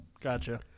Gotcha